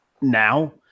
now